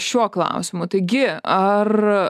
šiuo klausimu taigi ar